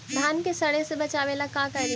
धान के सड़े से बचाबे ला का करि?